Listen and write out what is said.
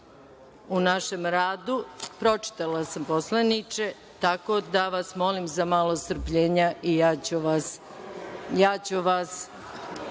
to šefovi?)Pročitala sam, poslaniče, tako da vas molim za malo strpljenja i ja ću vas